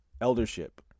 eldership